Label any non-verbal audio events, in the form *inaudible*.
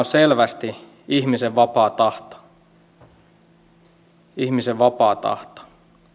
*unintelligible* selvästi ihmisen vapaa tahto ihmisen vapaa tahto